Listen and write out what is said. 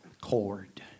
Cord